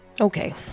Okay